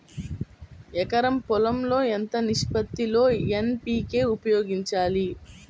ఎకరం పొలం లో ఎంత నిష్పత్తి లో ఎన్.పీ.కే ఉపయోగించాలి?